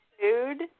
food